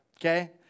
okay